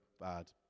bad